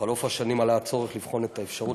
בחלוף השנים עלה הצורך לבחון את האפשרות